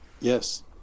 Yes